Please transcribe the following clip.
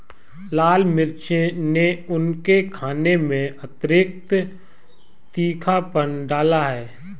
लाल मिर्च ने उनके खाने में अतिरिक्त तीखापन डाला है